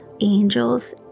angels